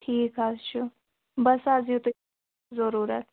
ٹھیٖک حظ چھُ بَس حظ یِتُے ضروٗرت